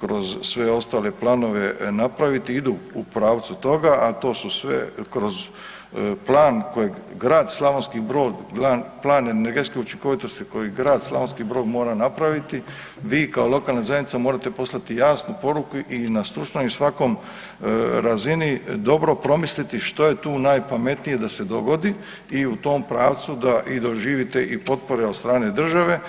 kroz sve ostale planove napraviti idu u pravcu toga, a to su sve kroz plan koji Grad Slavonski Brod, plan energetske učinkovitosti koji Grad Slavonski Brod mora napraviti vi kao lokalna zajednica morate poslati jasnu poruku i na stručnom i svakoj razini dobro promisliti što je tu najpametnije da se dogodi i u tom pravcu da i doživite i potpore od strane države.